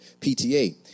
PTA